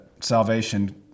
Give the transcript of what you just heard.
salvation